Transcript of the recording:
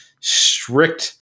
strict